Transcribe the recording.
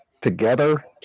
Together